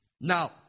Now